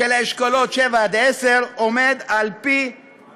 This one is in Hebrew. של האשכולות 7 10 עומד על פי-שישה.